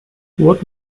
what